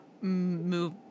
move